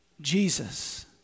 Jesus